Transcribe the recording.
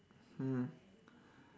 hmm